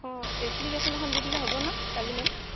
অঁ এপ্লিকেশ্যন এখন দি দিলে হ'ব নহ্ কাইলৈ মেম